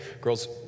Girls